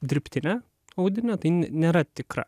dirbtinę audinę tai nėra tikra